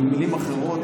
במילים אחרות,